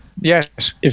Yes